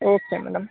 okay madam